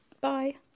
Bye